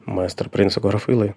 maestro priėjo sako rafailai